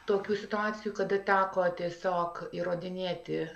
tokių situacijų kada teko tiesiog įrodinėti